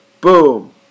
Boom